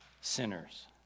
sinners